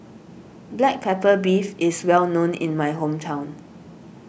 Black Pepper Beef is well known in my hometown